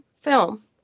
film